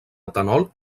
etanol